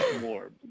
more